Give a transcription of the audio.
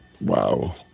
Wow